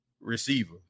receiver